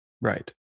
Right